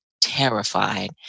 terrified